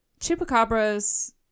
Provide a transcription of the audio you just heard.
chupacabras